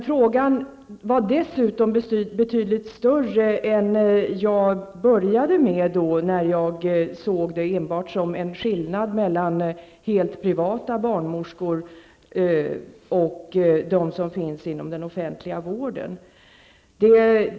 Frågan är dessutom betydligt större än vad jag trodde i början, när jag såg det enbart som en skillnad mellan helt privata barnmorskor och de barnmorskor som finns inom den offentliga vården.